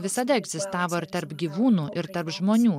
visada egzistavo ir tarp gyvūnų ir tarp žmonių